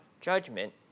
judgment